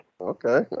Okay